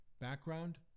background